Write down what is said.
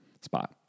spot